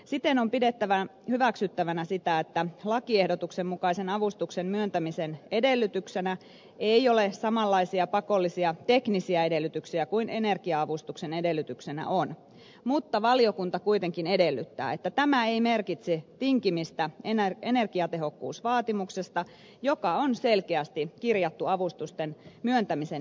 siten on pidettävä hyväksyttävänä sitä että lakiehdotuksen mukaisen avustuksen myöntämisen edellytyksenä ei ole samanlaisia pakollisia teknisiä edellytyksiä kuin energia avustuksen edellytyksenä on mutta valiokunta kuitenkin edellyttää että tämä ei merkitse tinkimistä energiatehokkuusvaatimuksesta joka on selkeästi kirjattu avustusten myöntämisen edellytykseksi